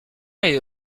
est